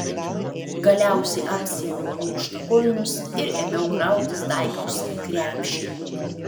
galiausiai apsiaviau aukštakulnius ir ėmiau krautis daiktus į krepšį